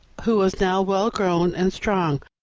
who was now well grown and strong,